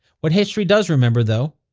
what history does remember, though,